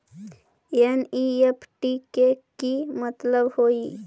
NEFT के कि मतलब होइ?